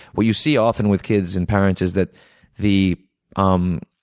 what you see often with kids and parents is that the um